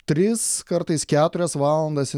tris kartais keturias valandas